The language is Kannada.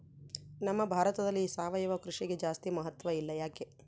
ನಮ್ಮ ಭಾರತದಲ್ಲಿ ಸಾವಯವ ಕೃಷಿಗೆ ಜಾಸ್ತಿ ಮಹತ್ವ ಇಲ್ಲ ಯಾಕೆ?